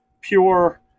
pure